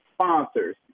sponsors